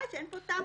(חייב המשלם לפי הוראה לתשלום בשיעורים),